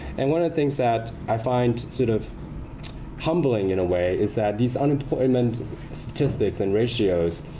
and one of the things that i find sort of humbling in a way is that these unemployment statistics and ratios,